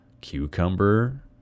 cucumber